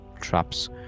traps